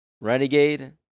Renegade